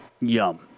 Yum